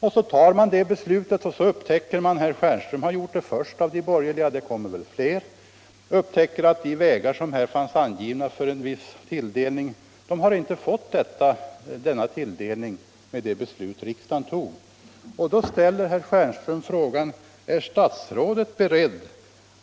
Riksdagen fattade beslut i enlighet med detta, och nu har man upptäckt — herr Stjernström har gjort det först av de borgerliga; det kommer väl fler — att de vägar som ursprungligen föreslagits få en viss tilldelning inte fått denna tilldelning enligt det beslut riksdagen fattade. Då ställer herr Stjernström frågan: Är statsrådet beredd